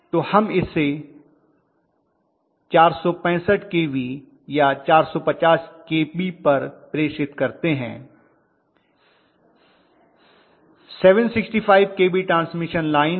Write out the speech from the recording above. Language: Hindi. तो हम इसे 465 केवी या 450 केवी पर प्रेषित करते हैं 765 केवी ट्रांसमिशन लाइन भी हैं